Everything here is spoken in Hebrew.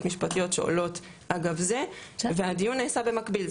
משפטיות שעולות אגב זה והדיון נעשה במקביל,